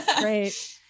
Great